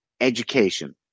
education